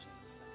Jesus